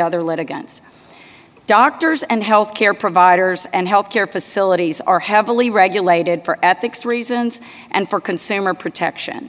other litigants doctors and health care providers and health care facilities are heavily regulated for ethics reasons and for consumer protection